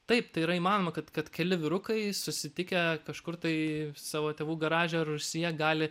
taip tai yra įmanoma kad kad keli vyrukai susitikę kažkur tai savo tėvų garaže ar rūsyje gali